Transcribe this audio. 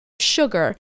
sugar